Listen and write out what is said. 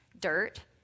dirt